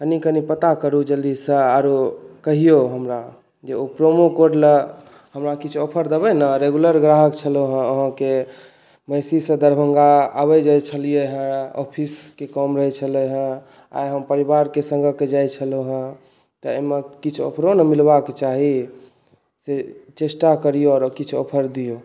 तनि कनि पता करू जल्दीसँ आओर कहिऔ हमरा जे ओ प्रोमो कोडलए हमरा किछु ऑफर देबै ने रेगुलर ग्राहक छलहुँ हँ अहाँके महिषीसँ दरभङ्गा अबै जाइ छलिए हँ ऑफिसके काम रहै छलै हँ आइ हम परिवारके सङ्गे जाइ छलहुँ हँ तऽ एहिमे किछु ऑफरो ने मिलबाके चाही से चेष्टा करिऔ आओर किछु ऑफर दिऔ